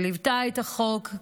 שליוותה את החוק,